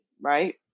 right